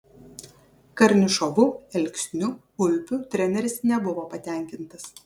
karnišovu elksniu ulpiu treneris nebuvo patenkintas